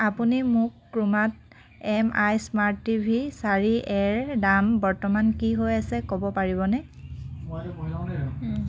আপুনি মোক ক্ৰোমাত এম আই স্মাৰ্ট টিভি চাৰি এৰ দাম বৰ্তমান কি হৈ আছে ক'ব পাৰিবনে